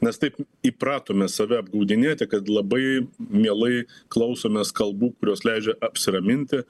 mes taip įpratome save apgaudinėti kad labai mielai klausomės kalbų kurios leidžia apsiraminti